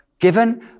given